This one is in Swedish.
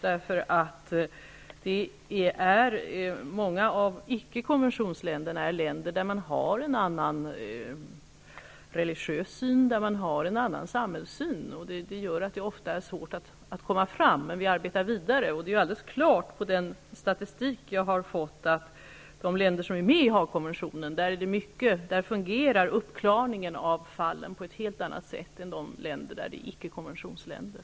I många av icke-konventionsländerna har man en annan religiös uppfattning med en annan samhällssyn. Det gör att det ofta är svårt att nå fram, men vi arbetar vidare. Av den statistik jag har fått framgår alldeles klart att uppklarningen i de länder som är med i Haagkonventionen fungerar på ett helt annat sätt än i de länder som är icke-konventionsländer.